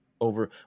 over